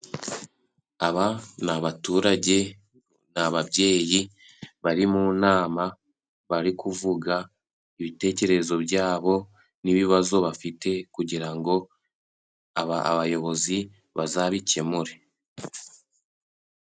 Aba ni abaturage n’ababyeyi, bari mu nama. Bari kuvuga ibitekerezo byabo n’ibibazo bafite, kugira ngo abayobozi bazabikemure.